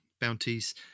bounties